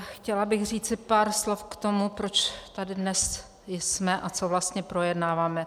Chtěla bych říci pár slov k tomu, proč tady dnes jsme a co vlastně projednáváme.